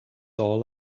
all